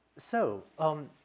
so, um,